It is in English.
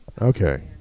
Okay